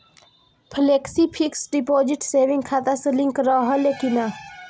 Flexi fix deposit saving खाता से link रहले कि ना?